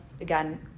again